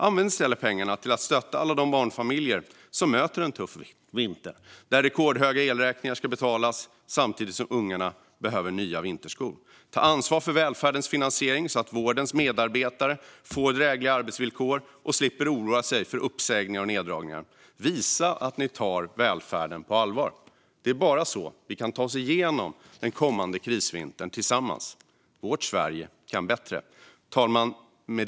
Använd i stället pengarna till att stötta alla de barnfamiljer som möter en tuff vinter då rekordhöga elräkningar ska betalas samtidigt som ungarna behöver nya vinterskor! Ta ansvar för välfärdens finansiering så att vårdens medarbetare får drägliga arbetsvillkor och slipper oroa sig för uppsägningar och neddragningar! Visa att ni tar välfärden på allvar! Det är bara så vi kan ta oss igenom den kommande krisvintern tillsammans. Vårt Sverige kan bättre. Fru talman!